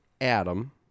Adam